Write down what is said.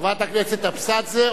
חברת הכנסת אבסדזה,